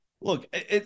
look